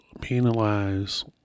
penalize